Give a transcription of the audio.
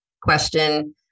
question